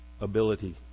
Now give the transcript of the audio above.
ability